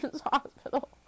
Hospital